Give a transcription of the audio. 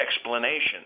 explanation